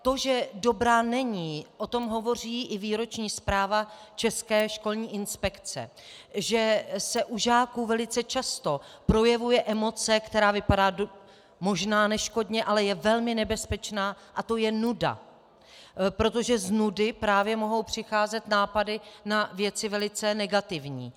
To, že dobrá není, o tom hovoří i výroční zpráva České školní inspekce, že se u žáků velice často projevuje emoce, která vypadá možná neškodně, ale je velmi nebezpečná, a to je nuda, protože z nudy právě mohou přicházet nápady na věci velice negativní.